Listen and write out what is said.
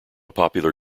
popular